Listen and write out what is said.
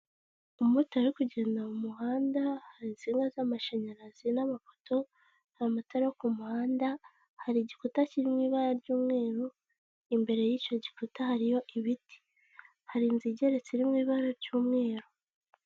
Umumotari kugenda mu muhanda, hari insinga z'amashanyarazi n'amapoto, hari amatara yo ku muhanda, hari igikuta kirimo ibara ry'umweru, imbere y'icyo gikuta hariyo ibiti. Hari inzu igeretse iri mu ibara ry'umweru.